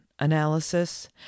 analysis